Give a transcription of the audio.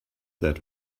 that